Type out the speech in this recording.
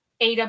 AW